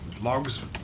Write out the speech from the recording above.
logs